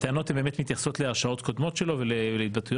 הטענות הן מתייחסות להרשעות קודמות שלו ולהתבטאויות